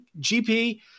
GP